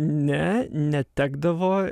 ne netekdavo